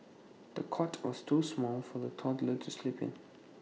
the cot was too small for the toddler to sleep in